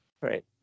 right